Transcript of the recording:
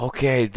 Okay